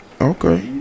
Okay